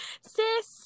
Sis